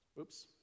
Oops